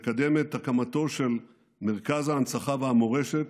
לקדם את הקמתו של מרכז ההנצחה והמורשת